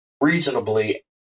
reasonably